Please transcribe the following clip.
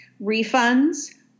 refunds